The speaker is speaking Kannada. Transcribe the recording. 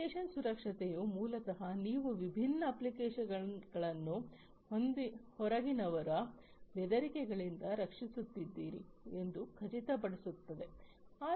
ಅಪ್ಲಿಕೇಶನ್ ಸುರಕ್ಷತೆಯು ಮೂಲತಃ ನೀವು ವಿಭಿನ್ನ ಅಪ್ಲಿಕೇಶನ್ಗಳನ್ನು ಹೊರಗಿನವರ ಬೆದರಿಕೆಗಳಿಂದ ರಕ್ಷಿಸುತ್ತಿದ್ದೀರಿ ಎಂದು ಖಚಿತಪಡಿಸುತ್ತದೆ